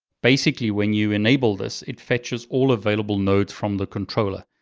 basically, when you enable this, it fetches all available nodes from the controller.